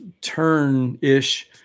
turn-ish